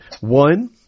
One –